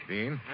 Dean